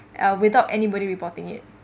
uh without anybody reporting it